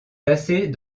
placées